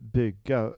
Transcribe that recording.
bygga